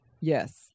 yes